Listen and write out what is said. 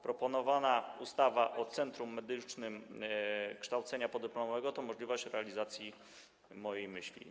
Proponowana ustawa o Centrum Medycznym Kształcenia Podyplomowego to możliwość realizacji mojej myśli.